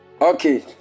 Okay